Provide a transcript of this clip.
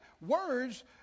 words